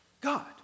God